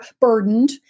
burdened